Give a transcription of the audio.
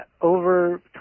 over